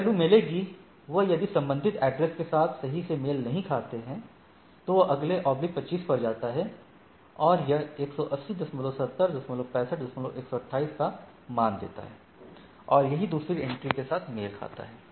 जो वैल्यू मिलेगी वह यदि संबंधित एड्रेस के साथ सही से मेल नहीं खाते हैं तो यह अगले 25 पर जाता है और यह 1807065128 का मान देता है और यह दूसरी एंट्री के साथ मेल खाता है